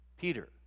Peter